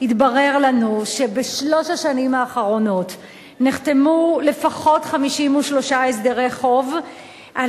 שבשלוש השנים האחרונות נחתמו לפחות 53 הסדרי חוב על